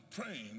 praying